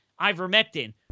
ivermectin